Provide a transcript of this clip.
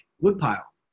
woodpile